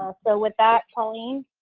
ah so with that, colleen?